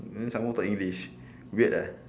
and then some more talk english weird ah